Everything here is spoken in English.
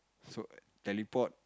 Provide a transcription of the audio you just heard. so teleport